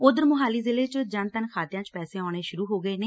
ਉਧਰ ਮੁਹਾਲੀ ਜ਼ਿਲ੍ਹੇ ਚ ਜਨ ਧਨ ਖਾਤਿਆਂ ਚ ਪੈਸੇ ਆਉਣੇ ਸ਼ੁਰੂ ਹੋ ਗਏ ਨੇ